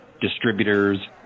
distributors